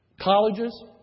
colleges